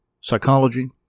psychology